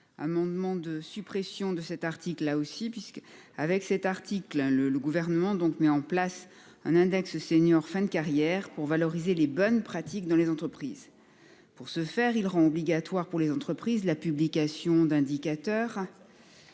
Amendement de suppression de cet article là aussi puisque avec cet article le le gouvernement donc mis en place un index seniors fin de carrière pour valoriser les bonnes pratiques dans les entreprises. Pour ce faire il rend obligatoire pour les entreprises la publication d'indicateurs.